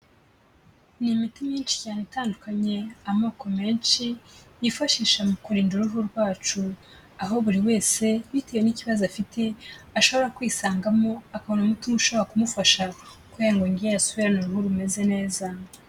Ni imiti myinshi cyane itandukanye, amoko menshi yifashisha mu kurinda uruhu rwacu, aho buri wese bitewe n'ikibazo afite, ashobora kwisangamo akabona umuti ushobora kumufasha kugirango yongere asubirane uruhu rumeze neza.